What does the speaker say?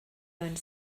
owned